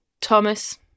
Thomas